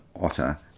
otter